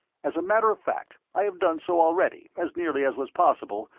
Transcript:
as a matter of fact, i have done so already, as nearly as was possible,